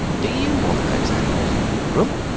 do you want those animals in your room?